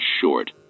short